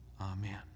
Amen